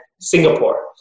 Singapore